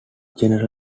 general